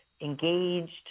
engaged